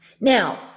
Now